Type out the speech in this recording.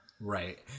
Right